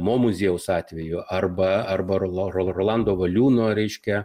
mo muziejaus atveju arba arba ro rolando valiūno reiškia